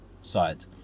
side